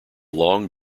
long